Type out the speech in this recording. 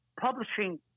publishing